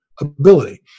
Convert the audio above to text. ability